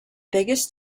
biggest